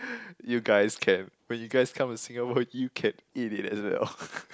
you guys can when you guys come to Singapore you can eat it as well